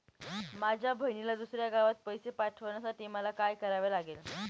माझ्या बहिणीला दुसऱ्या गावाला पैसे पाठवण्यासाठी मला काय करावे लागेल?